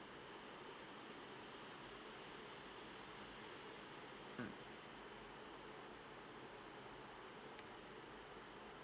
mm